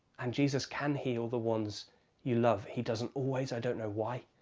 and jesus can heal the ones you love. he doesn't always, i don't know why,